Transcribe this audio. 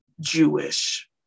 jewish